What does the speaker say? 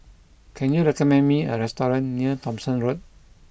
can you recommend me a restaurant near Thomson Road